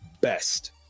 best